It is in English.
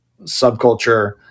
subculture